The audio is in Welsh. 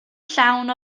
llawn